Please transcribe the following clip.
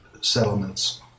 settlements